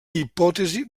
hipòtesi